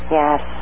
yes